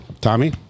Tommy